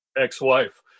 ex-wife